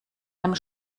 einem